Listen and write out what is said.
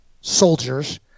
soldiers